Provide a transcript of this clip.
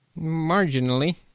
Marginally